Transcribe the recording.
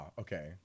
Okay